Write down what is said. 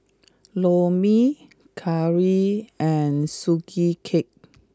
Lor Mee Curry and Sugee Cake